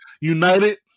united